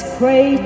pray